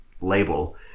label